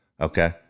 Okay